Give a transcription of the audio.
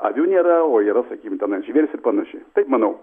avių nėra o yra sakykim tenai žvėrys ir panašiai taip manau